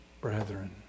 brethren